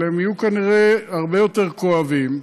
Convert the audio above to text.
אבל הם יהיו כנראה הרבה יותר כואבים,